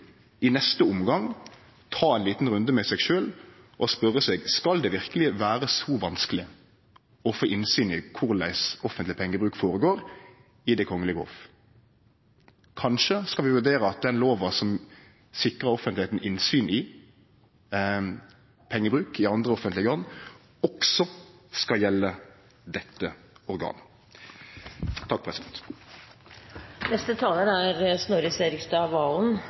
ta ein liten runde med seg sjølv og spørje seg: Skal det verkeleg vere så vanskeleg å få innsyn i korleis offentleg pengebruk skjer ved Det kongelege hoff? Kanskje skal vi vurdere om den lova som sikrar offentlegheita innsyn i pengebruken i andre offentlege organ, også skal gjelde dette organet.